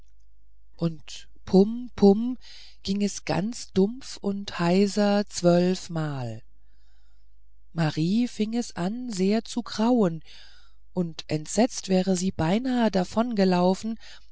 und pum pum ging es ganz dumpf und heiser zwölfmal marien fing an sehr zu grauen und entsetzt wär sie beinahe